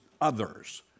others